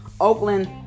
Oakland